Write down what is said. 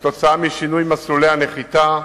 משינוי מסלולי הנחיתה.